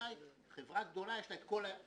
שאולי היום חברה גדולה יש לה את כל האובייקטים.